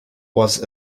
was